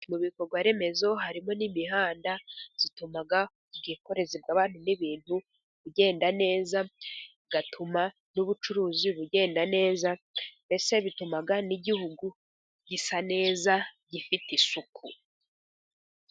Mu bikorwaremezo harimo n'imihanda, itumaga ubwikorezi n'ibintu bugenda neza, bigatuma n'ubucuruzi bugenda neza. Ndetse bituma n'igihugu gisa neza gifite isuku.